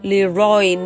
Leroy